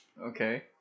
Okay